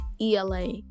ELA